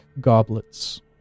goblets